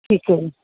ਠੀਕ ਹੈ ਜੀ